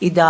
i da